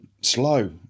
slow